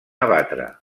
abatre